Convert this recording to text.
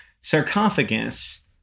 sarcophagus